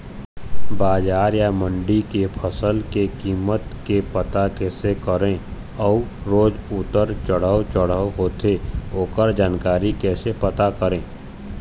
बजार या मंडी के फसल के कीमत के पता कैसे करें अऊ रोज उतर चढ़व चढ़व होथे ओकर जानकारी कैसे पता करें?